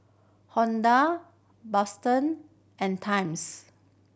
Honda and Times